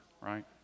right